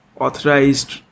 authorized